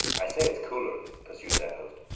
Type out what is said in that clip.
i say it's cooler, pursued their host,